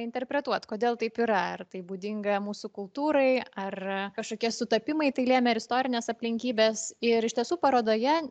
interpretuot kodėl taip yra ar tai būdinga mūsų kultūrai ar kažkokie sutapimai tai lėmė ar istorinės aplinkybės ir iš tiesų parodoje